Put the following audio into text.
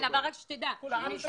אני רוצה לברך את השרה על המתווה.